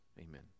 Amen